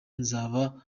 nzaba